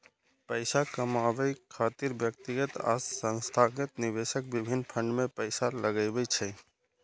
पैसा कमाबै खातिर व्यक्तिगत आ संस्थागत निवेशक विभिन्न फंड मे पैसा लगबै छै